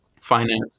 finance